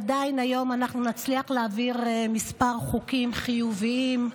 עדיין היום אנחנו נצליח להעביר כמה חוקים חיוביים,